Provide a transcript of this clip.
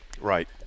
right